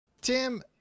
Tim